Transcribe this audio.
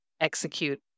execute